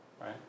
Right